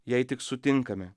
jei tik sutinkame